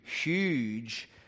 huge